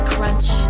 Crunch